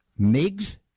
MIGs